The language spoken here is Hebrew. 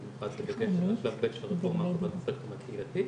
במיוחד בדגש על שלב ב' של הרפורמה הרחבת הספקטרום הקהילתי.